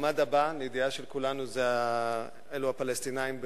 לידיעה של כולנו, המועמד הבא אלו הפלסטינים,